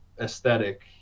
aesthetic